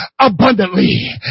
abundantly